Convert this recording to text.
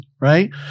Right